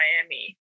Miami